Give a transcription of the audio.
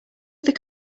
other